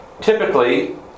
typically